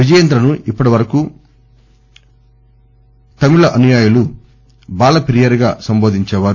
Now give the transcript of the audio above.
విజయేంద్రను ఇప్పటివరకు తమిళ అనుయాయులు బాల పెరియార్గా సంబోధించేవారు